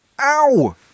Ow